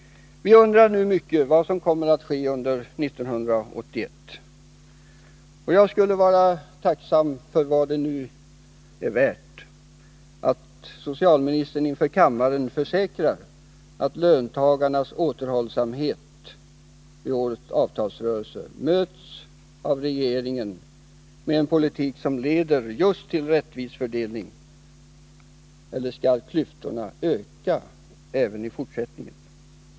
Vi undrar nu mycket över vad som kommer att ske under 1981. Jag skulle vara tacksam om socialministern inför kammaren försäkrade — oavsett vad det nu är värt — att löntagarnas återhållsamhet i årets avtalsrörelse möts av regeringen med en politik som leder till just en rättvis fördelning. Eller skall klyftorna öka även i fortsättningen?